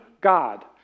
God